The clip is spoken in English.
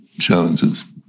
challenges